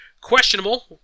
Questionable